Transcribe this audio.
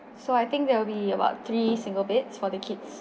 so I think that will be about three single beds for the kids